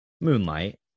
Moonlight